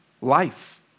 life